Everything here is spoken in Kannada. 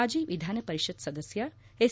ಮಾಜಿ ವಿಧಾನ ಪರಿಷತ್ ಸದಸ್ಯ ಎಸ್